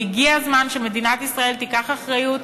והגיע הזמן שמדינת ישראל תיקח אחריות